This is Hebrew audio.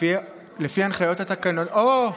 לפי הנחיות התקנון, אוה,